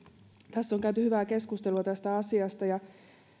tässä on käyty hyvää keskustelua tästä asiasta ja